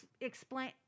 explain